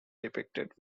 depicted